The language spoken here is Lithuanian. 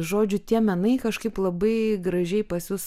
žodžiu tie menai kažkaip labai gražiai pas jus